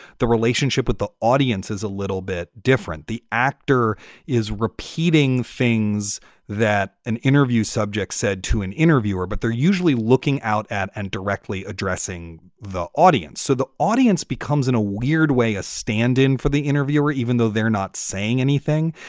the relationship with the audience is a little bit different. the actor is repeating things that an interview subjects said to an interviewer, but they're usually looking out at and directly addressing the audience. so the audience becomes in a weird way, a stand in for the interviewer, even though they're not saying anything.